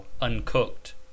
uncooked